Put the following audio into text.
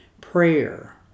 prayer